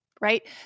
right